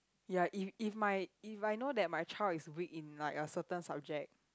ya if if my if I know that my child is weak in like a certain subject